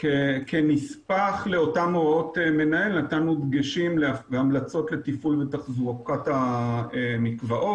כנספח לאותן הוראות מנהל נתנו דגשים והמלצות לתפעול ולתחזוקת המקוואות.